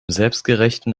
selbstgerechten